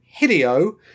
Hideo